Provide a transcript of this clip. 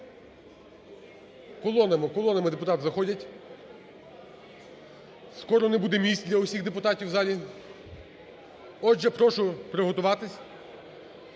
колонами депутати заходять. Скоро не буде місць для усіх депутатів у залі. Отже, прошу приготуватись.